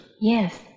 Yes